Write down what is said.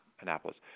Annapolis